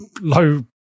low